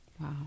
Wow